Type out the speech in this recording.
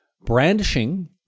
brandishing